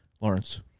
Lawrence